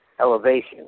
elevation